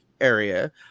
area